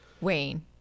Wayne